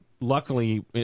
luckily